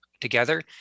together